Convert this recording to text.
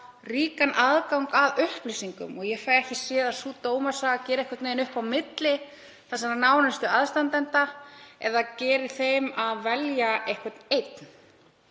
ríkan aðgang að upplýsingum. Ég fæ ekki séð að sú dómasaga geri einhvern veginn upp á milli nánustu aðstandenda eða geri þeim að velja einhvern einn